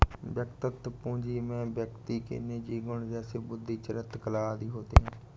वैयक्तिक पूंजी में व्यक्ति के निजी गुण जैसे बुद्धि, चरित्र, कला आदि होते हैं